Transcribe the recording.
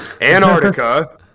Antarctica